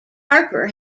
harper